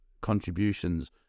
contributions